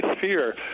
fear